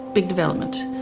big development,